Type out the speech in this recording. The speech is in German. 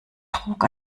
trug